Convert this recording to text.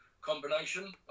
combination